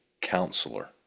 counselor